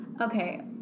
Okay